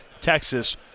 Texas